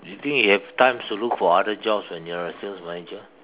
you think you have time to look for other jobs when you are sales manager